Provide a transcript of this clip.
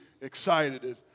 excited